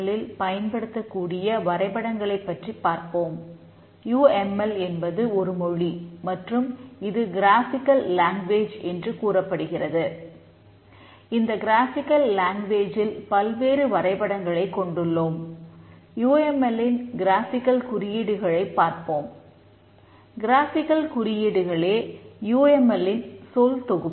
you M L இன் சொல் தொகுப்பு